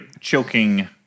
choking